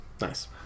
nice